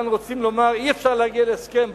כאן רוצים לומר: אי-אפשר להגיע להסכם,